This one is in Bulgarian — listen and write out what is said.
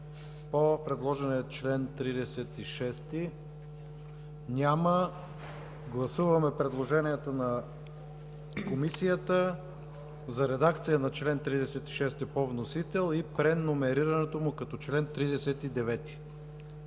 по предложения чл. 36? Няма. Гласуваме предложението на Комисията за редакция на чл. 36 по вносител и преномерирането му като член 39.